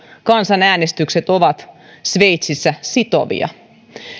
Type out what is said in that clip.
kansanäänestykset ovat sveitsissä sitovia